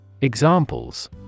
Examples